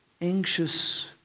anxious